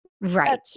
right